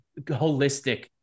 holistic